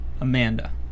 Amanda